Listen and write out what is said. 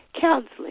counseling